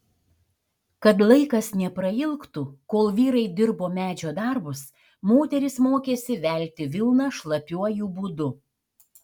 kad laikas neprailgtų kol vyrai dirbo medžio darbus moterys mokėsi velti vilną šlapiuoju būdu